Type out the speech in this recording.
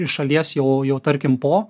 iš šalies jo jau tarkim po